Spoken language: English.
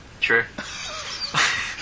True